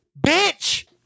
Bitch